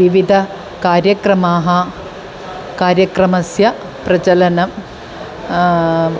विविधाः कार्यक्रमाः कार्यक्रमानां प्रचलनं